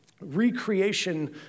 recreation